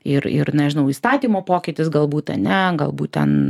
ir ir nežinau įstatymo pokytis galbūt ane galbūt ten